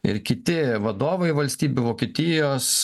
ir kiti vadovai valstybių vokietijos